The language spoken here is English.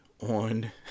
on